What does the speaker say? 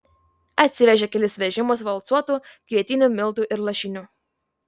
atsivežė kelis vežimus valcuotų kvietinių miltų ir lašinių